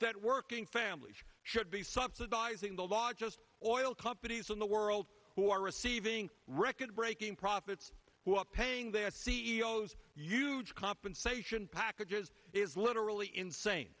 that working families should be subsidizing the lot just oil companies in the world who are receiving record breaking profits who are paying their c e o s huge compensation packages is literally insane